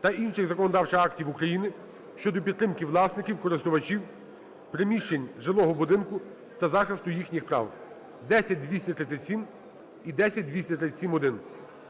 та інших законодавчих актів України щодо підтримки власників (користувачів) приміщень жилого будинку та захисту їхніх прав (10237 і 10237-1).